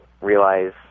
realize